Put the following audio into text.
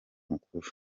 mukuru